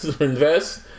invest